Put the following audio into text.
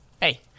Hey